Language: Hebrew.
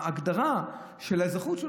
ההגדרה של האזרחות,